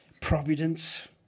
Providence